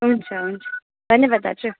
हुन्छ हुन्छ धन्यवाद दाजु